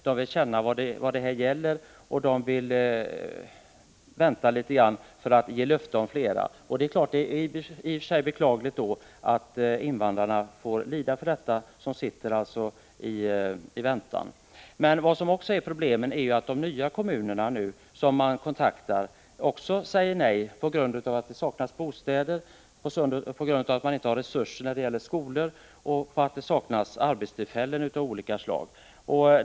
De vill känna vad det här gäller och vill då vänta litet med att ge löften om att ta emot fler. Det är i och för sig beklagligt att invandrarna därmed får lida och vänta. Vad som också är problematiskt i sammanhanget är att de nya kommuner som har kontaktats säger nej på grund av det saknas bostäder, resurser när det gäller skolor och arbetstillfällen av olika slag.